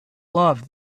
love